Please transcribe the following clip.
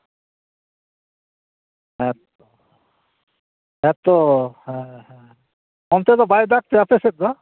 ᱦᱮᱸᱛᱚ ᱦᱮᱸᱛᱚ ᱦᱮᱸ ᱦᱮᱸ ᱚᱱᱛᱮ ᱫᱚ ᱵᱟᱭ ᱫᱟᱜᱽ ᱛᱮ ᱟᱯᱮ ᱥᱮᱫ ᱫᱚ